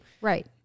Right